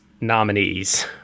nominees